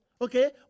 okay